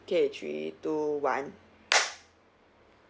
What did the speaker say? okay three two one